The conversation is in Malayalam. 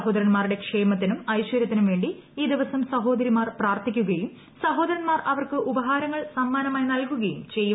സഹോദരന്മാരുടെ ക്ഷേമത്തിനും ഐശ്വരൃത്തിനും വേണ്ടി ഈ ദിവസം സഹോദരിമാർ പ്രാർത്ഥിക്കുകയും സഹോദരന്മാർ അവർക്ക് ഉപഹാരങ്ങൾ സമ്മാനമായി നൽകുകയും ചെയ്യും